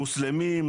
מוסלמים,